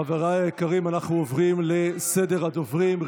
חבריי היקרים, אנחנו עוברים לסדר הדוברים.